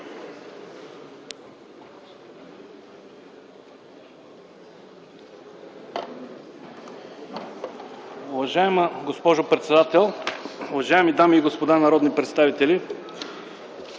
Уважаема госпожо председател, уважаеми дами и господа народни представители!